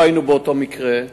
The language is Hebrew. לא היינו באותו מקרה,